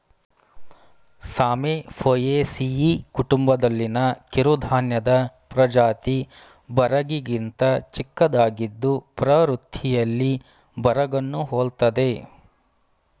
ಸಾಮೆ ಪೋಯೇಸಿಯಿ ಕುಟುಂಬದಲ್ಲಿನ ಕಿರುಧಾನ್ಯದ ಪ್ರಜಾತಿ ಬರಗಿಗಿಂತ ಚಿಕ್ಕದಾಗಿದ್ದು ಪ್ರವೃತ್ತಿಯಲ್ಲಿ ಬರಗನ್ನು ಹೋಲ್ತದೆ